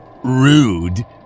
Rude